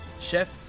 Chef